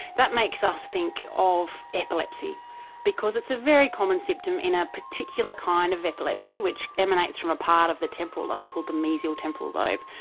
that makes us think of epilepsy because it's a very common symptom in a particular kind of epilepsy which emanates from a part of the temporal lobe called the mesial temporal lobe.